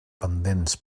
pendents